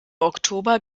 oktober